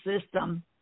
system